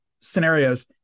scenarios